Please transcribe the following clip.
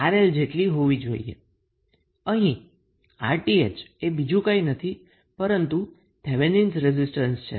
અહીં 𝑅𝑇ℎ એ બીજું કંઈ નથી પરંતુ થેવેનીન રેઝિસ્ટન્સ છે